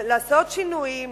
לעשות שינויים,